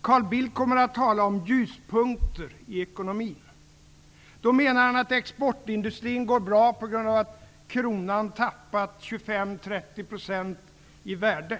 Carl Bildt kommer att tala om ''ljuspunkter'' i ekonomin. Då menar han att exportindustrin går bra på grund av att kronan tappat 25--30 % av sitt värde.